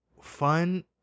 fun